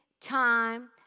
time